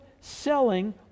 selling